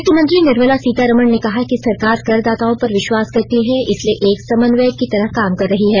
वित्तमंत्री निर्मला सीतारामन ने कहा कि सरकार करदाताओं पर विश्वास करती है इसलिए एक समन्वयक की तरह काम कर रही है